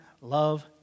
love